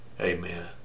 Amen